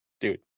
Dude